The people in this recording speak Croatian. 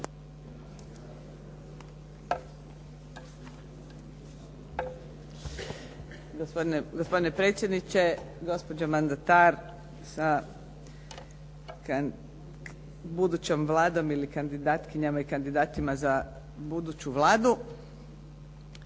Gospodine predsjedniče, gospođo mandatar sa budućom Vladom ili kandidatkinjama i kandidatima za buduću Vladu.